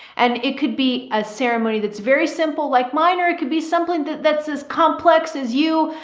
and it could be a ceremony that's very simple, like minor. it could be something that's as complex as you,